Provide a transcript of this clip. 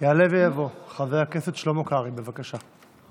יעלה ויבוא חבר הכנסת שלמה קרעי, בבקשה.